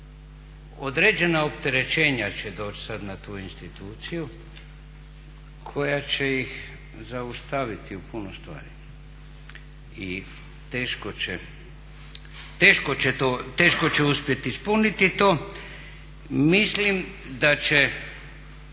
Određena opterećenja će doći sad na tu instituciju koja će ih zaustaviti u puno stvari i teško će uspjet ispuniti to. Mislim da će